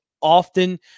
often